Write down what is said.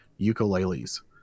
ukuleles